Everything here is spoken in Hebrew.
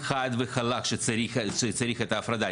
חד וחלק שצירך את ההפרדה.